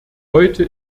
heute